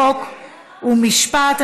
חוק ומשפט.